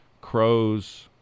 crows